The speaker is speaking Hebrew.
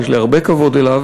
שיש לי הרבה כבוד אליו,